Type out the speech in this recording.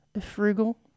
frugal